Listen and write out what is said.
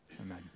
Amen